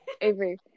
Avery